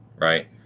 right